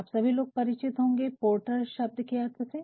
आप सभी लोग परिचित होंगे पोर्टर शब्द के अर्थ से